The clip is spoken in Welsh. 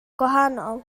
gwahanol